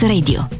Radio